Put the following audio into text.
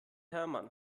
hermann